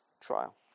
trial